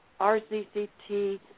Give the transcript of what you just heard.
RCCT